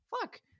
Fuck